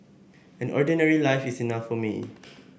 an ordinary life is enough for me